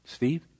Steve